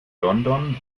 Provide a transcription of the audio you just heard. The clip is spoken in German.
london